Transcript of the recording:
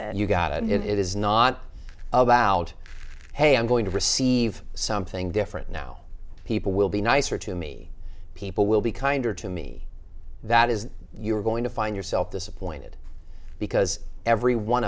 and you've got and it is not about hey i'm going to receive something different now people will be nicer to me people will be kinder to me that is you are going to find yourself disappointed because every one